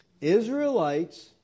Israelites